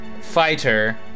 fighter